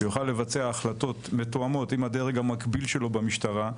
שיוכל לבצע החלטות מתואמות עם הדרג המקביל שלו במשטרה.